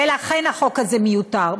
ולכן, החוק הזה מיותר.